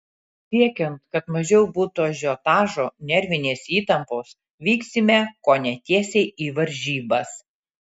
siekiant kad mažiau būtų ažiotažo nervinės įtampos vyksime kone tiesiai į varžybas